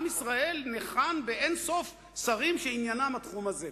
עם ישראל ניחן באין-סוף שרים שעניינם התחום הזה,